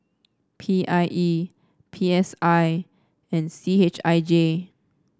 P I E P S I and C H I J